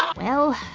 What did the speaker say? well,